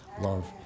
love